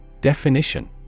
Definition